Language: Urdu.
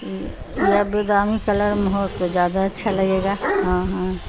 یہ بادامی کلر میں ہو تو زیادہ اچھا لگے گا ہاں ہاں